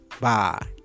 Bye